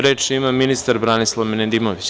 Reč ima ministar Branislav Nedimovć.